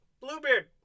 Bluebeard